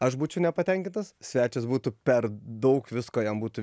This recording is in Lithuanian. aš būčiau nepatenkintas svečias būtų per daug visko jam būtų